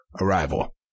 Arrival